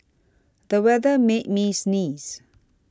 the weather made me sneeze